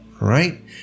right